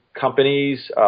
companies